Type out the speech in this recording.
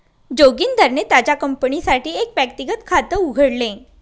जोगिंदरने त्याच्या कंपनीसाठी एक व्यक्तिगत खात उघडले